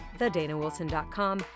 thedanawilson.com